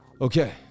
Okay